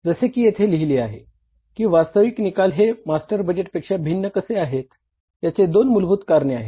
जसे की येथे लिहिले आहे की वास्तविक निकाल हे मास्टर बजेट पेक्षा भिन्न कसे आहेत तर याचे दोन मूलभूत करणे आहेत